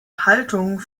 haltung